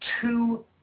two